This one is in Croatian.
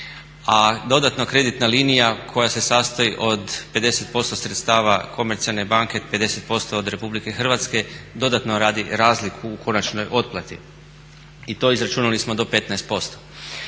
a dodatna kreditna linija koja se sastoji od 50% sredstava komercijalne banke, 50% od Republike Hrvatske, dodatni radi razliku u konačnoj otplati i to izračunali smo do 15%.